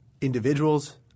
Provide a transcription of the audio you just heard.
individuals